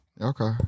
Okay